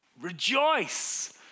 Rejoice